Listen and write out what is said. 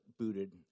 booted